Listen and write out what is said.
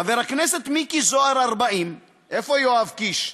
חבר הכנסת מיקי זוהר, 40, איפה יואב קיש?